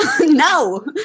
No